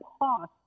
pause